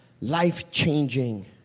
life-changing